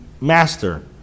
master